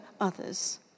others